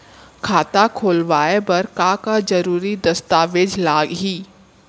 खाता खोलवाय बर का का जरूरी दस्तावेज लागही?